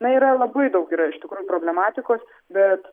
na yra labai daug yra iš tikrųjų problematikos bet